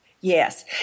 Yes